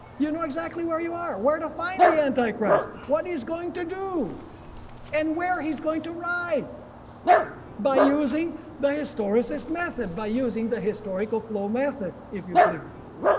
you know exactly where you are, where to find the antichrist, what is going to do and where he's going to rise by using the historicist method by using the historical flow method if you please.